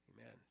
Amen